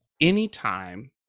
anytime